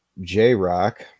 J-Rock